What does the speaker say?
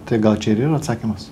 tai gal čia ir yra atsakymas